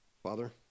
Father